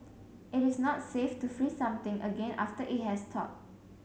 it is not safe to freeze something again after it has thawed